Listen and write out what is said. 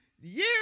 years